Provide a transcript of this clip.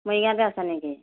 মৰিগাঁৱতে আছা নেকি